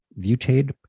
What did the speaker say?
ViewTrade